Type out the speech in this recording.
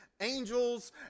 angels